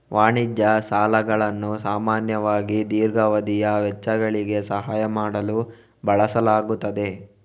ವಾಣಿಜ್ಯ ಸಾಲಗಳನ್ನು ಸಾಮಾನ್ಯವಾಗಿ ದೀರ್ಘಾವಧಿಯ ವೆಚ್ಚಗಳಿಗೆ ಸಹಾಯ ಮಾಡಲು ಬಳಸಲಾಗುತ್ತದೆ